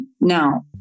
now